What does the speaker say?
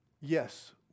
Yes